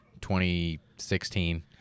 2016